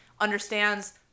understands